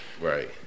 Right